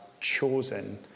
chosen